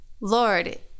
Lord